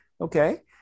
okay